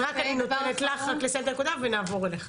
אז רק אני נותנת לך רק לסיים את הנקודה ונעבור אליך.